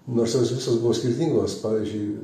nors jos visos buvo skirtingos pavyzdžiui